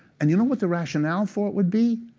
and you know what the rationale for it would be?